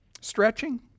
Stretching